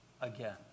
again